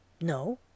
No